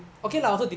mm mm